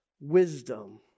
wisdom